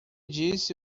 disse